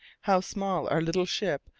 how small our little ship,